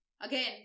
Again